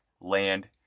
land